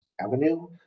Avenue